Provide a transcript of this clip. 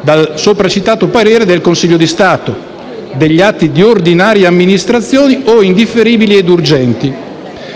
dal sopracitato parere del Consiglio di Stato, degli atti di ordinaria amministrazione o indifferibili e urgenti.